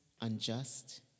unjust